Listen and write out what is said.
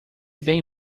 bem